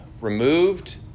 removed